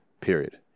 period